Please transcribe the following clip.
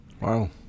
wow